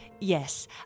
Yes